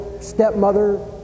stepmother